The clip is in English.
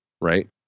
Right